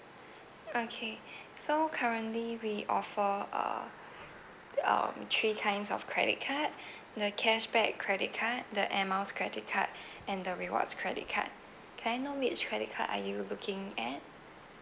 okay so currently we offer uh um three kinds of credit card the cashback credit card the airmiles credit card and the rewards credit card can I know which credit card are you looking at